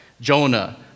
Jonah